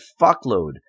fuckload